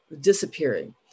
disappearing